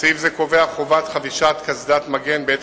סעיף זה קובע חובת חבישת קסדת מגן בעת